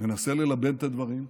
ננסה ללבן את הדברים,